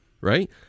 right